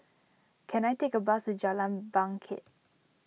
can I take a bus to Jalan Bangket